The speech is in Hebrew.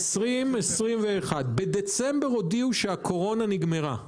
ב-2021, בדצמבר הודיעו שהקורונה נגמרה.